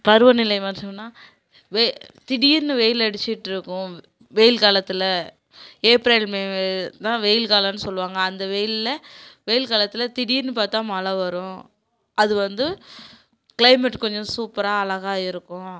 பருவநிலை மாற்றம்னால் வே திடீரெனு வெயில் அடிச்சுட்டுருக்கும் வெயில் காலத்தில் ஏப்ரல் மே தான் வெயில் காலம்னு சொல்லுவாங்க அந்த வெயிலில் வெயில் காலத்தில் திடீரெனு பார்த்தா மழை வரும் அது வந்து கிளைமேட் கொஞ்சம் சூப்பராக அழகா இருக்கும்